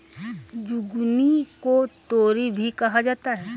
zucchini को तोरी भी कहा जाता है